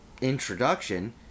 introduction